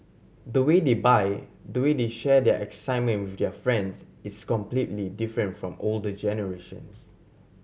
the way they buy the way they share their excitement with their friends is completely different from older generations